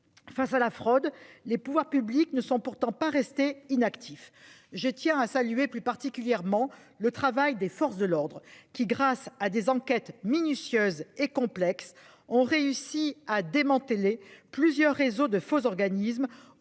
Face à la fraude. Les pouvoirs publics ne sont pourtant pas rester inactif. Je tiens à saluer plus particulièrement le travail des forces de l'ordre qui, grâce à des enquêtes minutieuses et complexe ont réussi à démanteler plusieurs réseaux de faux organismes